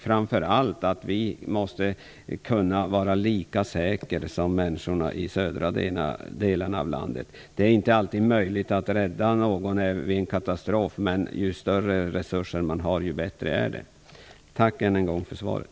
Framför allt måste vi kunna känna oss lika säkra som människorna i de södra delarna av landet. Det är inte alltid möjligt att rädda någon vid en katastrof, men ju större resurser man har desto bättre är det. Tack än en gång för svaret.